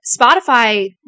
Spotify